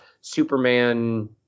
Superman